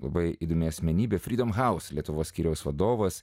labai įdomi asmenybė freedom house lietuvos skyriaus vadovas